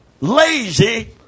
lazy